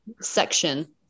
section